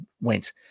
went